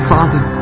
Father